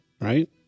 right